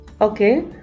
Okay